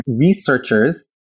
researchers